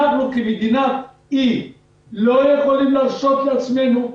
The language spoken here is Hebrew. אנחנו כמדינת אי לא יכולים להרשות לעצמנו אחרת.